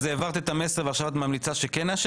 אז העברת את המסר ועכשיו את ממליצה שכן נאשר?